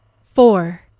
Four